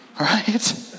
right